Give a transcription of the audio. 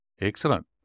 Excellent